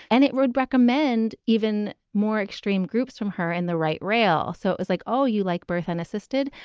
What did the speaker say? and it would recommend even more extreme groups from her in the right rail. so it was like, oh, you like birth and assisted,